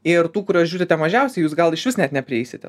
ir tų kuriuos žiūrite mažiausiai jūs gal išvis net neprieisite